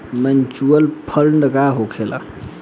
Mutual fund का होखेला?